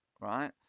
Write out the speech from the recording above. right